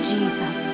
Jesus